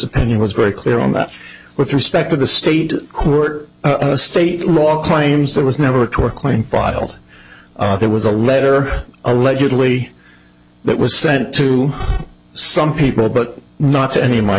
opinion was very clear on that with respect to the state court a state law claims that was never a tort claim bottle there was a letter allegedly that was sent to some people but not to any of my